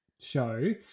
show